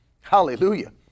Hallelujah